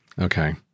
Okay